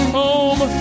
home